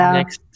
next